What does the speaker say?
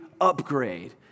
upgrade